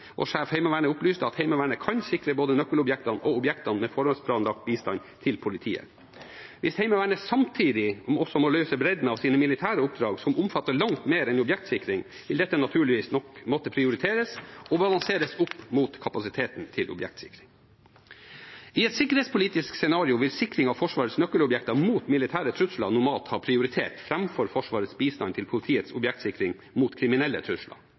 og sjef Heimevernet opplyste at Heimevernet kan sikre både nøkkelobjektene og objektene med forhåndsplanlagt bistand til politiet. Hvis Heimevernet samtidig også må løse bredden av sine militære oppdrag, som omfatter langt mer enn objektsikring, vil dette naturlig nok måtte prioriteres og balanseres opp mot kapasiteten til objektsikring. I et sikkerhetspolitisk scenario vil sikring av Forsvarets nøkkelobjekter mot militære trusler normalt ha prioritet framfor Forsvarets bistand til politiets objektsikring mot kriminelle